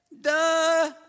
Duh